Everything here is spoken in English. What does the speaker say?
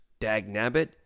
Dagnabbit